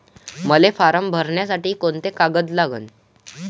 मले फारम भरासाठी कोंते कागद लागन?